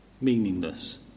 meaningless